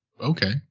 okay